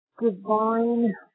divine